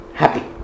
happy